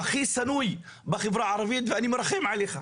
הוא הכי שנוא בחברה הערבית ואני מרחם עליך.